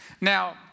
now